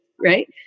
right